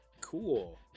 cool